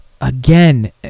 Again